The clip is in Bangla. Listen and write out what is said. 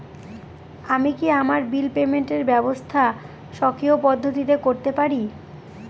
আমি কি আমার বিল পেমেন্টের ব্যবস্থা স্বকীয় পদ্ধতিতে করতে পারি?